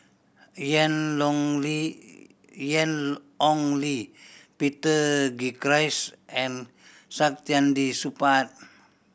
Ian Long Li Ian Ong Li Peter Gilchrist and Saktiandi Supaat